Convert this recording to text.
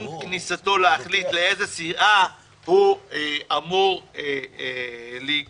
כניסתו להחליט לאיזה סיעה הוא אמור להיכנס.